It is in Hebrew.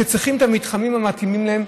שצריכים את המתחמים המתאימים להם,